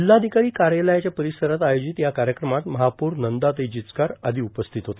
जिल्हाधिकारां कायालयाच्या र्पारसरात आयोजित या कायक्रमात महापौर नंदाताई जिचकार आदों उपस्थित होते